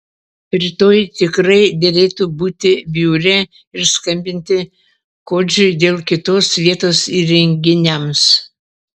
rytoj tikrai derėtų būti biure ir skambinti kodžiui dėl kitos vietos įrenginiams